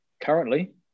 currently